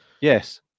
Yes